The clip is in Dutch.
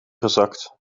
gezakt